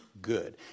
good